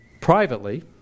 privately